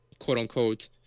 quote-unquote